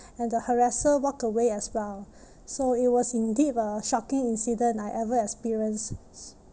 and the harasser walked away as well so it was indeed a shocking incident I ever experienced